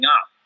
up